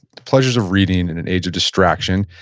the pleasures of reading in an age of distraction.